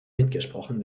mitgesprochen